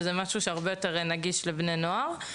שזה משהו שהרבה יותר נגיש לבני נוער,